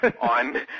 on